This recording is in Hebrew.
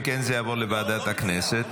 אם כן, זה יעבור לוועדת הכנסת.